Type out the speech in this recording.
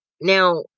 Now